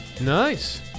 Nice